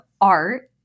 Art